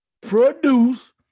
produce